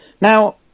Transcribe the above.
now